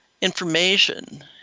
information